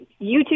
YouTube